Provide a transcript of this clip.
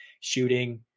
shooting